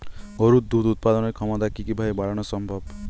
গরুর দুধ উৎপাদনের ক্ষমতা কি কি ভাবে বাড়ানো সম্ভব?